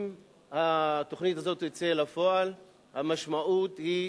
אם התוכנית הזאת תצא לפועל המשמעות היא,